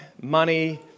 money